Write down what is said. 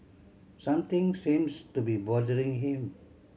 something seems to be bothering him